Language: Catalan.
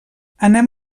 anem